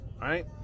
right